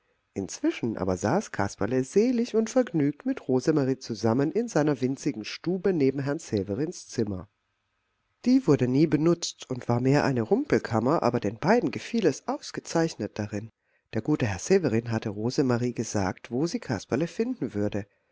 inzwischen aber saß kasperle selig und vergnügt mit rosemarie zusammen in einer winzigen stube neben herrn severins zimmer die wurde nie benutzt und war mehr eine rumpelkammer aber den beiden gefiel es ausgezeichnet darin der gute herr severin hatte rosemarie gesagt wo sie kasperle finden würde